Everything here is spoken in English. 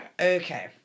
Okay